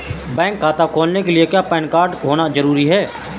Bank खाता खोलने के लिए क्या पैन कार्ड का होना ज़रूरी है?